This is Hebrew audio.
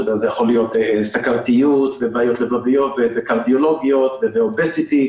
זה יכול להיות סוכרת ובעיות בלב וקרדיולוגיות ו-obesity.